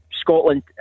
Scotland